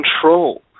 control